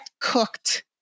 cooked